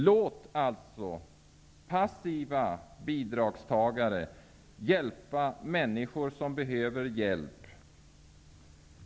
Låt alltså passiva bidragstagare hjälpa människor som behöver hjälp.